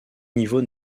niveau